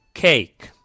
cake